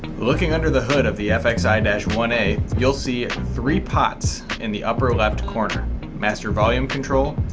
looking under the hood of the fxi one a you'll see it in three pots in the upper left corner master volume control,